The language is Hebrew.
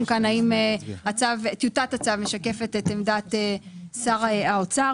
כאן האם טיוטת הצו משקפת את עמדת שר האוצר.